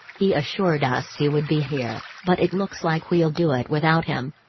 he assured us he would be here, but it looks like we'll do it without him.